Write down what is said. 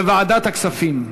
לוועדת הכספים.